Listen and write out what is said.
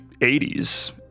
80s